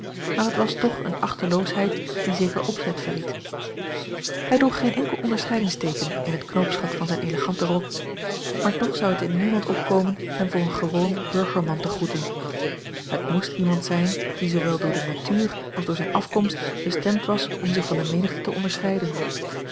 maar het was toch eene achteloosheid die zeker opzet verried hij droeg geen enkel onderscheidingsteeken in het knoopsgat van zijn eleganten rok maar toch zou het in niemand opkomen hem voor een gewoon burgerman te groeten het moest iemand zijn die zoowel door de natuur als door zijne afkomst bestemd was om zich van de menigte te onderscheiden